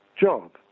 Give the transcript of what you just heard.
job